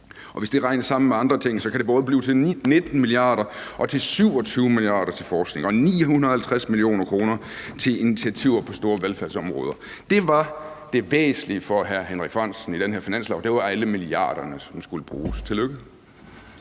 hvis det regnes sammen med andre ting, kan det både blive til 19 mia. kr. og 27 mia. kr. til forskning og 950 mio. kr. til initiativer på store velfærdsområder. Det var det væsentlige for hr. Henrik Frandsen i den her finanslov: alle milliarderne, som skulle bruges. Tillykke.